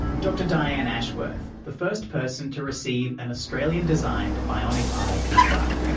dr dianne ashworth, the first person to receive an australian-designed bionic eye implant.